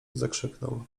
zakrzyknął